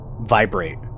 vibrate